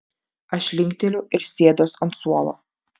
aš linkteliu ir sėduos ant suolo